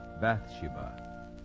Bathsheba